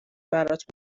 برات